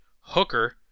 Hooker